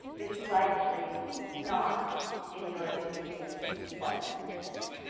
is likely not in your immediate self-interest.